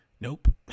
Nope